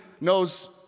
knows